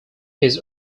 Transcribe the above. his